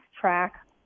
track